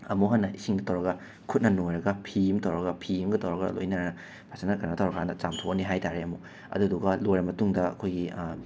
ꯑꯃꯨꯛ ꯍꯟꯅ ꯏꯁꯤꯡꯗ ꯇꯧꯔꯒ ꯈꯨꯠꯅ ꯅꯣꯏꯔꯒ ꯐꯤ ꯑꯃ ꯇꯧꯔꯒ ꯐꯤ ꯑꯃꯒ ꯇꯧꯔꯒ ꯂꯣꯏꯅꯅ ꯐꯖꯅ ꯀꯅꯣ ꯇꯧꯔꯀꯥꯟꯗ ꯆꯥꯝꯊꯣꯛꯑꯅꯤ ꯍꯥꯏꯕ ꯇꯥꯔꯦ ꯑꯃꯨꯛ ꯑꯗꯨꯗꯨꯒ ꯂꯣꯏꯔꯕ ꯃꯇꯨꯡꯗ ꯑꯩꯈꯣꯏꯒꯤ